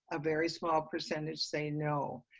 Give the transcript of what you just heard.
a very small percentage say no,